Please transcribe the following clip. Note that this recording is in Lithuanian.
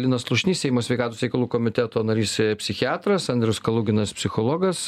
linas slušnys seimo sveikatos reikalų komiteto narys psichiatras andrius kaluginas psichologas